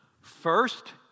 First